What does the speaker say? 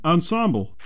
Ensemble